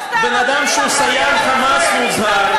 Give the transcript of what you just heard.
בן-אדם שהוא סייען "חמאס" מוצהר,